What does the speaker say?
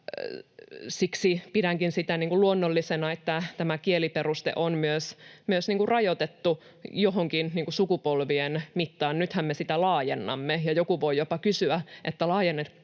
siksi pidänkin sitä luonnollisena, että tämä kieliperuste on myös rajoitettu johonkin sukupolvien mittaan. Nythän me sitä laajennamme, ja joku voi jopa kysyä, laajennetaanko